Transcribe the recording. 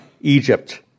Egypt